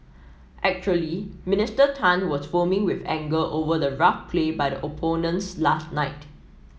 actually Minister Tan was foaming with anger over the rough play by the opponents last night